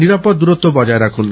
নিরাপদ দ্বরত্ব বাজয় রাখুন